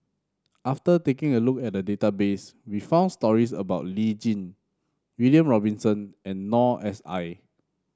after taking a look at the database we found stories about Lee Tjin William Robinson and Noor S I